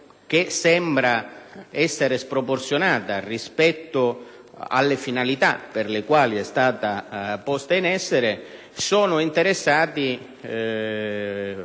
che sembra sproporzionata rispetto alle finalità per le quali è stata posta in essere, sono interessati